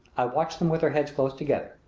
i watched them with their heads close together,